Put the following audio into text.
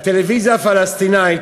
הטלוויזיה הפלסטינית